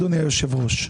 אדוני יושב הראש.